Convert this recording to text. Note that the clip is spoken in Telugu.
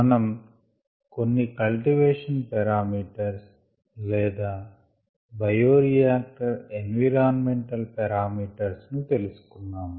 మనం కొన్ని కల్టివేషన్ పారామీటర్స్ లేదా బయోరియాక్టర్ ఎన్విరాన్మెంటల్ పారామీటర్స్ ను తెలుసుకున్నాము